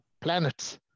planets